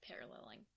paralleling